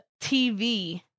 TV